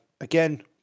Again